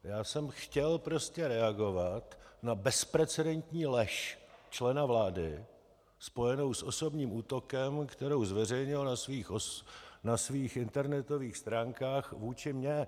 Já jsem chtěl prostě reagovat na bezprecedentní lež člena vlády spojenou s osobním útokem, kterou zveřejnil na svých internetových stránkách vůči mně.